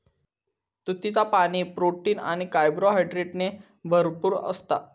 तुतीचा पाणी, प्रोटीन आणि कार्बोहायड्रेटने भरपूर असता